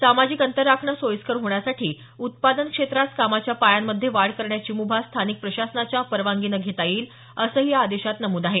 सामाजिक अंतर राखणं सोयीस्कर होण्यासाठी उत्पादन क्षेत्रास कामाच्या पाळ्यांमध्ये वाढ करण्याची मुभा स्थानिक प्रशासनाच्या परवानगीने घेता येईल असंही आदेशात नमूद आहे